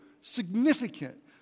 significant